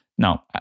Now